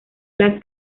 las